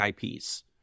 IPs